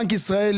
בנק ישראל,